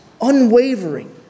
unwavering